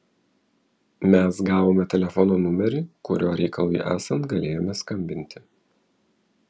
mes gavome telefono numerį kuriuo reikalui esant galėjome skambinti